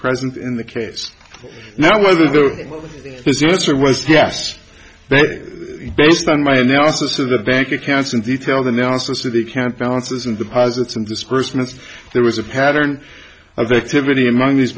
present in the case now whether the this or was yes based on my analysis of the bank accounts and detailed analysis of the account balances and deposits in this christmas there was a pattern of activity among these